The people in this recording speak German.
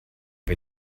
wir